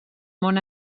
món